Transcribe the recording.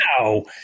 no